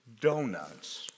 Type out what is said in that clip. donuts